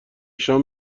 شام